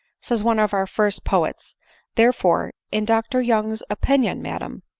says one of our first poets therefore, in dr. young's opinion, madam,